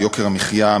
על יוקר המחיה,